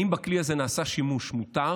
האם בכלי הזה נעשה שימוש מותר